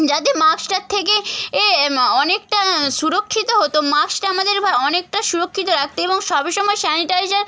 যাতে মাস্কটার থেকে এ মা অনেকটা সুরক্ষিত হতো মাস্কটা আমাদের ভা অনেকটা সুরক্ষিত রাখত এবং সবসময় স্যানিটাইজার